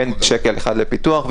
אין שקל אחד לפיתוח.